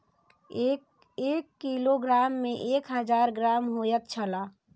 एक किलोग्राम में एक हजार ग्राम होयत छला